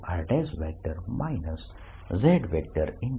r r|r r|3Jr